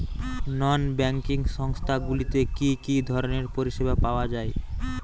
নন banking সংস্থা গুলিতে কি কি ধরনের পরিসেবা পাওয়া য়ায়?